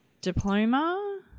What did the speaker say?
diploma